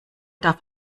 darf